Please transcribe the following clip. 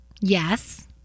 Yes